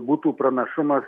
būtų pranašumas